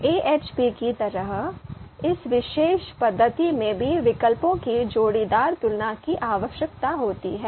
AHP की तरह इस विशेष पद्धति में भी विकल्पों की जोड़ीदार तुलना की आवश्यकता होती है